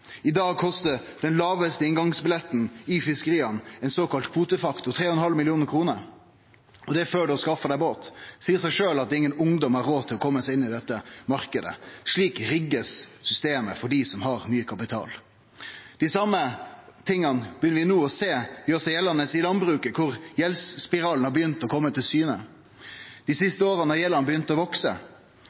I dag kostar den lågaste inngangsbilletten i fiskeria, ein såkalla kvotefaktor, 3,5 mill. kr, og det er før ein har skaffa seg båt. Det seier seg sjølv at ingen ungdom har råd til å kome seg inn i denne marknaden. Slik riggar ein systemet for dei som har mykje kapital. Det same vil også gjere seg gjeldande i landbruket, der gjeldsspiralen har begynt å kome til syne. Dei siste åra har gjelda begynt å